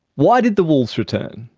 why did the wolves return?